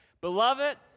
Beloved